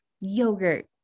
yogurt